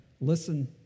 listen